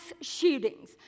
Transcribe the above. shootings